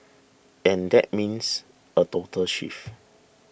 and that means a total shift